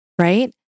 right